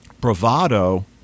bravado